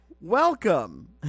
Welcome